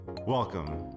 Welcome